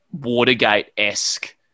Watergate-esque